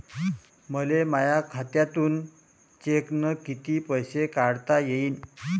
मले माया खात्यातून चेकनं कितीक पैसे काढता येईन?